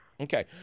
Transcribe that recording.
Okay